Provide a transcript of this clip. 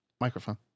Microphone